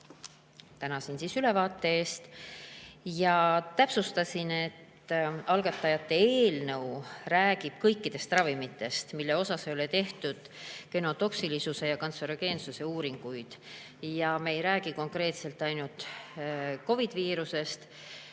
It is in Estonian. tänasin ülevaate eest ja täpsustasin, et algatajate eelnõu räägib kõikidest ravimitest, mille kohta ei ole tehtud genotoksilisuse ega kantserogeensuse uuringuid. Me ei räägi konkreetselt ainult COVID‑i viirusest.